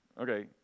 Okay